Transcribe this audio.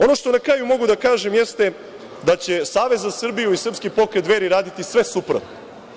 Ono što na kraju mogu da kažem jeste da će Savez za Srbiju i Srpski pokret Dveri raditi sve suprotno.